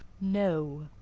no.